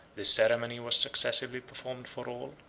this ceremony was successively performed for all,